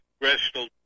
congressional